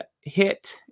hit